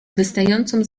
wystającą